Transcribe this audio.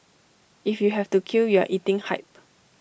if you have to queue you are eating hype